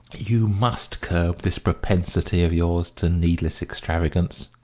you must curb this propensity of yours to needless extravagance.